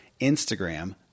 Instagram